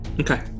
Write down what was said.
Okay